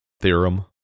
theorem